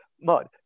mud